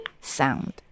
sound